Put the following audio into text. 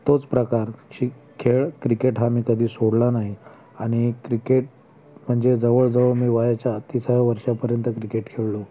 तोच प्रकार शि खेळ क्रिकेट हा मी कधी सोडला नाही आणि क्रिकेट म्हणजे जवळजवळ मी वयाच्या तिसाव्या वर्षापर्यंत क्रिकेट खेळलो